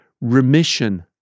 remission